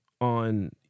on